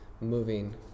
moving